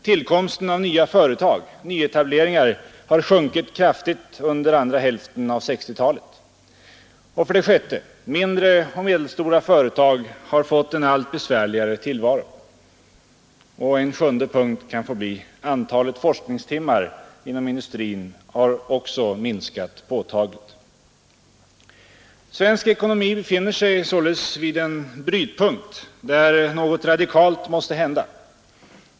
Tillkomsten av nya företag — nyetableringar — har sjunkit kraftigt under andra hälften av 1960-talet. 6. Mindre och medelstora företag har fått en allt besvärligare tillvaro. 7. Antalet forskningstimmar inom industrin har minskat påtagligt. Svensk ekonomi befinner sig således vid en brytningspunkt där något radikalt måste hända.